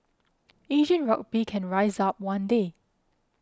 Asian rugby can rise up one day